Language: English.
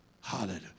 Hallelujah